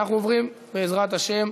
אנחנו עוברים, בעזרת השם,